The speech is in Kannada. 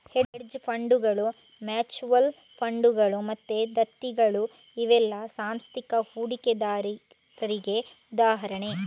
ಹೆಡ್ಜ್ ಫಂಡುಗಳು, ಮ್ಯೂಚುಯಲ್ ಫಂಡುಗಳು ಮತ್ತೆ ದತ್ತಿಗಳು ಇವೆಲ್ಲ ಸಾಂಸ್ಥಿಕ ಹೂಡಿಕೆದಾರರಿಗೆ ಉದಾಹರಣೆ